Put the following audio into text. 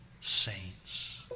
saints